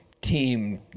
team